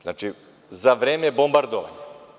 Znači, za vreme bombardovanja.